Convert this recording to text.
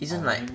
isn't like